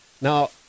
Now